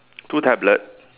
two tablet